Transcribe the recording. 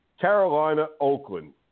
Carolina-Oakland